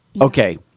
okay